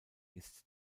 ist